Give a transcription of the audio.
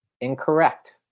Incorrect